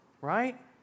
right